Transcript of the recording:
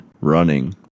running